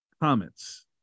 comments